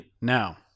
Now